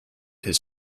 his